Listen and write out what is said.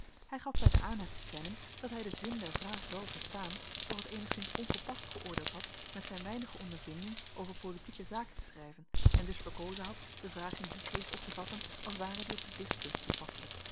hij gaf bij den aanhef te kennen dat hij den zin der vraag wel verstaan doch het eenigszins ongepast geoordeeld had met zijn weinige ondervinding over politieke zaken te schrijven en dus verkozen had de vraag in dien geest op te vatten als ware die op de dichtkunst toepasselijk